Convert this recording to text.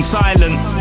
silence